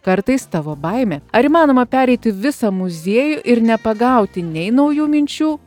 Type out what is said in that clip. kartais tavo baimė ar įmanoma pereiti visą muziejų ir nepagauti nei naujų minčių